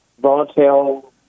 volatile